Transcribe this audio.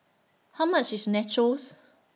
How much IS Nachos